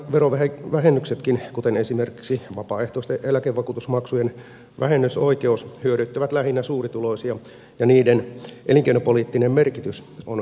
monet verovähennyksetkin kuten esimerkiksi vapaaehtoisten eläkevakuutusmaksujen vähennysoikeus hyödyttävät lähinnä suurituloisia ja niiden elinkeinopoliittinen merkitys on kyseenalainen